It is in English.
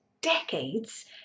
decades